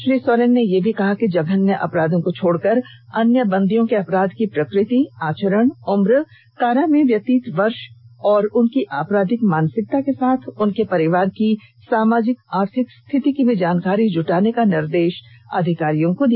श्री सोरेन ने यह भी कहा कि जघन्य अपराधों को छोड़कर अन्य बंदियों के अपराध की प्रकृति आचरण उम्र कारा में व्यतीय वर्ष और उनकी आपराधिक मानसिकता के साथ उनके परिवार की सामाजिक आर्थिक स्थिति की जानकारी जुटाने का निर्देश अधिकारियों को दिया